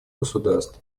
государств